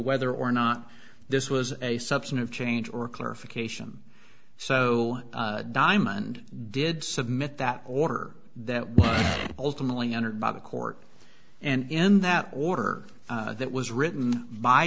whether or not this was a substantive change or clarification so diamond did submit that order that was ultimately entered by the court and in that order that was written by